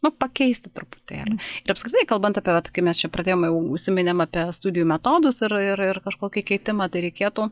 nu pakeisti truputėlį ir apskritai kalbant apie vat kai mes čia pradėjom užsiminėm apie studijų metodus ir ir ir kažkokį keitimą tai reikėtų